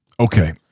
Okay